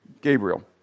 Gabriel